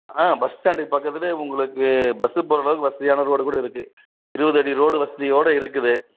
ஆ bus ஸ்டாண்டுக்கு பக்கத்துலே உங்களுக்கு பஸ்ஸு போகிற அளவுக்கு வசதியான ரோடு கூட இருக்குது இருபது அடி ரோடு வசதியோடய இருக்குது